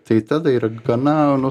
tai tada yra gana nu